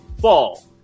fall